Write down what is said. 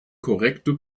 korrekte